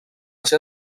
ser